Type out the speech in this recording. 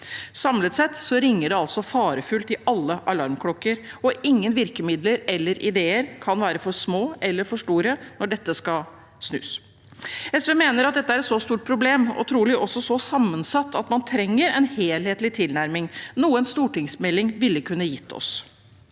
Samlet sett ringer det altså farefullt i alle alarmklokker, og ingen virkemidler eller ideer kan være for små eller for store når dette skal snus. SV mener at dette er et så stort problem – og trolig også så sammensatt – at man trenger en helthetlig tilnærming, noe en stortingsmelding ville kunne gitt oss.